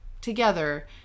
together